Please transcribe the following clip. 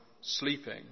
sleeping